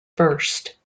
burst